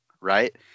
right